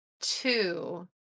two